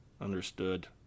Understood